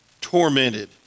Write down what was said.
tormented